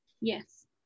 Yes